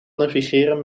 navigeren